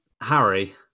Harry